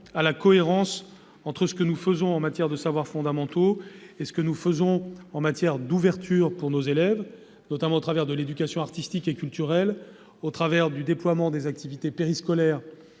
à la cohérence entre ce que nous faisons en matière de savoirs fondamentaux et ce que nous faisons en matière d'ouverture vers d'autres disciplines, notamment par l'éducation artistique et culturelle, par le déploiement à venir des activités périscolaires